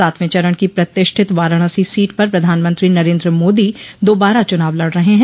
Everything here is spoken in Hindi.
सातवें चरण की प्रतिष्ठित वाराणसी सीट पर प्रधानमंत्री नरन्द मोदी दोबारा चुनाव लड रहे है